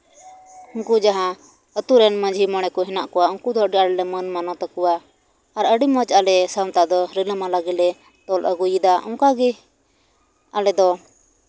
ᱩᱱᱠᱩ ᱡᱟᱦᱟᱸᱭ ᱟᱹᱛᱩ ᱢᱚᱬᱮ ᱠᱚ ᱦᱮᱱᱟᱜ ᱠᱚᱣᱟ ᱩᱱᱠᱩ ᱫᱚ ᱟᱹᱰᱤ ᱟᱸᱴ ᱞᱮ ᱢᱟᱹᱱ ᱢᱟᱱᱚᱛ ᱠᱚᱣᱟ ᱟᱨ ᱟᱹᱰᱤ ᱢᱚᱡᱽ ᱟᱞᱮ ᱟᱞᱮ ᱥᱟᱶᱛᱟ ᱫᱚᱞᱮ ᱨᱤᱞᱟᱹᱢᱟᱞᱟ ᱜᱮᱞᱮ ᱛᱚᱞ ᱟᱹᱜᱩᱭᱮᱫᱟ ᱚᱱᱠᱟᱜᱮ ᱟᱞᱮᱫᱚ